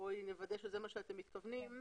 בואי נוודא שלזה אתם מתכוונים.